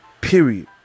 Period